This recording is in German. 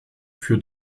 für